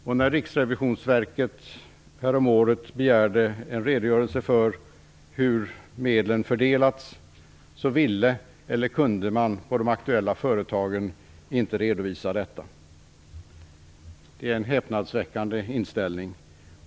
Och när Riksrevisionsverket häromåret begärde upplysningar om hur medlen fördelats så ville, eller kunde, man på de aktuella företagen inte redovisa detta. Det är en häpnadsveckande inställning.